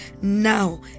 now